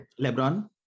LeBron